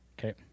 Okay